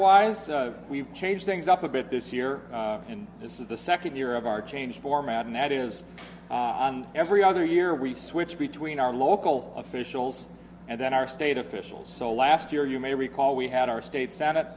wise we've changed things up a bit this year and this is the second year of our change format and that is every other year we switch between our local officials and then our state officials so last year you may recall we had our state senate